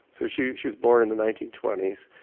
so she she was born in the nineteen twenty s,